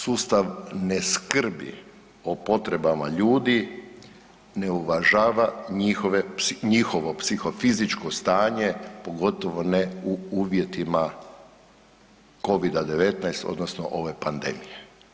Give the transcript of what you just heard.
Sustav ne skrbi o potrebama ljudi, ne uvažava njihovo psihofizičko stanje, pogotovo ne u uvjetima Covid-19 odnosno ove pandemije.